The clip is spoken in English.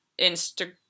Instagram